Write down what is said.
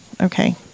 okay